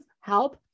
help